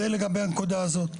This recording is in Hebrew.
זה לגבי הנקודה הזאת.